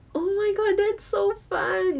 oh my god that's so fun